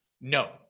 No